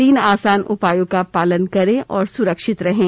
तीन आसान उपायों का पालन करें और सुरक्षित रहें